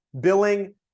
billing